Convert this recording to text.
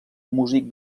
músic